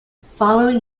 following